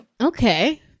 okay